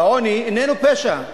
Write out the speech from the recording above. והעוני איננו פשע,